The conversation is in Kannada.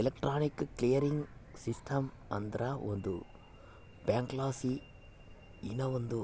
ಎಲೆಕ್ಟ್ರಾನಿಕ್ ಕ್ಲಿಯರಿಂಗ್ ಸಿಸ್ಟಮ್ ಅಂದ್ರ ಒಂದು ಬ್ಯಾಂಕಲಾಸಿ ಇನವಂದ್